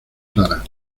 claras